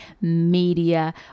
media